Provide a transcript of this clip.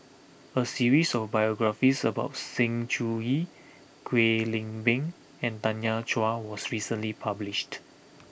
a series of biographies about Sng Choon Yee Kwek Leng Beng and Tanya Chua was recently published